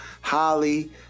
Holly